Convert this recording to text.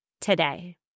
today